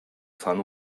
sun